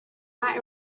buy